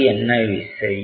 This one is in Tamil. அது என்ன விசை